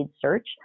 search